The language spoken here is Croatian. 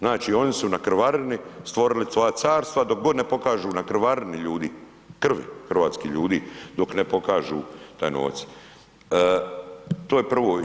Znači on su na krvarini stvorili svoja carstva, dok god ne pokažu, na krvarini ljudi, krvi hrvatskih ljudi, dok ne pokažu taj novac, to je prvo.